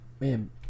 man